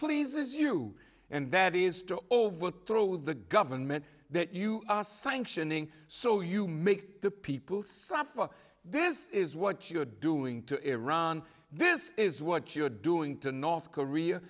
pleases you and that is to overthrow the government that you are sanctioning so you make the people suffer this is what you're doing to iran this is what you're doing to north korea